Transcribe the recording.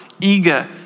eager